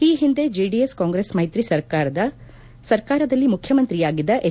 ಈ ಹಿಂದೆ ಜೆಡಿಎಸ್ ಕಾಂಗ್ರೆಸ್ ಮೈತ್ರಿ ಸರ್ಕಾರದಲ್ಲಿ ಮುಖ್ಯಮಂತ್ರಿಯಾಗಿದ್ದ ಎಚ್